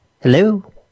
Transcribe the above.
Hello